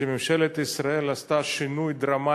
שממשלת ישראל עשתה בשבועות האלה שינוי דרמטי,